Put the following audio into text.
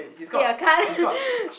eh I can't